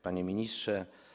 Panie Ministrze!